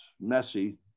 messy